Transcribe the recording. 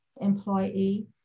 employee